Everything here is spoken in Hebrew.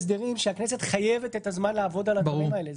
-- שהכנסת חייבת את הזמן לעבוד על הדברים האלה.